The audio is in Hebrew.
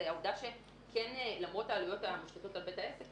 העובדה שלמרות העלויות המושתות על בית העסק,